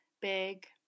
big